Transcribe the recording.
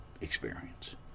experience